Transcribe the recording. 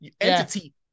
entity